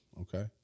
Okay